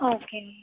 okay